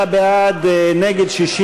59 בעד, 61 נגד.